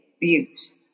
views